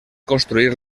construir